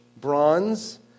bronze